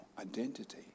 identity